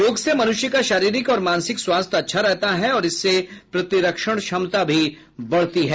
योग से मनुष्य का शारीरिक और मानसिक स्वास्थ्य अच्छा रहता है और इससे प्रतिरक्षण क्षमता भी बढ़ती है